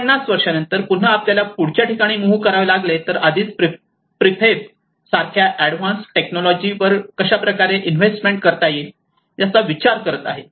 50 वर्षांनंतर पुन्हा आपल्याला पुढच्या ठिकाणी मुव्ह करावे लागले तर आधीच प्रीफेस सारख्या एडव्हान्स टेक्नॉलॉजी वर कशाप्रकारे इन्व्हेस्टमेंट करता येईल याचा विचार करत आहेत